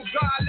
God